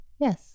Yes